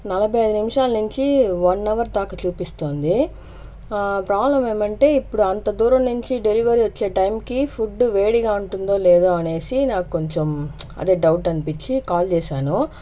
నలభై ఐదు నిమిషాల నుంచి వన్ అవర్ దాక చూపిస్తోంది ప్రాబ్లం ఏమంటే ఇప్పుడు అంత దూరం నుంచి డెలివరీ వచ్చే టైంకి ఫుడ్ వేడిగా ఉంటుందో లేదో అనేసి నాకు కొంచెం అదే డౌట్ అనిపించి కాల్ చేశాను